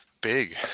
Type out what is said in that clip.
Big